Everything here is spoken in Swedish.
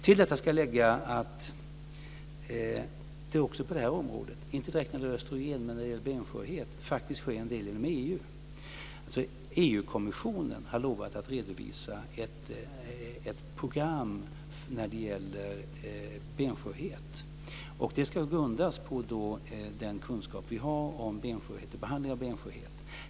Till detta ska läggas att det också på det här området - inte direkt när det gäller östrogen men när det gäller benskörhet - faktiskt sker en del inom EU. EU kommissionen har lovat att redovisa ett program när det gäller benskörhet, och det ska grundas på den kunskap vi har om benskörhet och behandling av benskörhet.